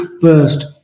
first